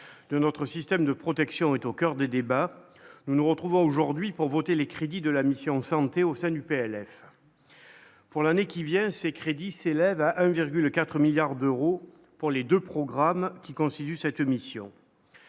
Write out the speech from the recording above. de notre système de protection est au coeur des débats, nous nous retrouvons aujourd'hui pour voter les crédits de la mission santé au sein du PLR. Pour l'année qui vient, ses crédits s'élève à un virgule 4 milliards d'euros pour les 2 programmes qui constituent cette mission.